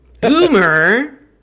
Boomer